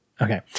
Okay